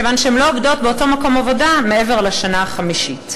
כיוון שהן לא עובדות באותו מקום עבודה מעבר לשנה החמישית.